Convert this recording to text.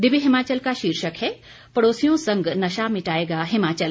दिव्य हिमाचल का शीर्षक है पड़ोसियों संग नशा मिटाएगा हिमाचल